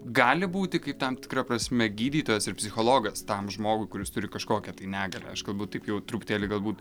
gali būti kaip tam tikra prasme gydytojas ir psichologas tam žmogui kuris turi kažkokią tai negalią aš kalbu taip jau truputėlį galbūt